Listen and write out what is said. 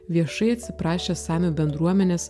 viešai atsiprašė samių bendruomenės